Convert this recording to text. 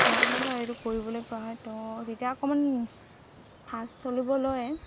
কোৱা হয় বা এইটো কৰিবলে কোৱা হয় তো তেতিয়া অকমান ফাষ্ট চলিব লয়